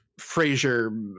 Frasier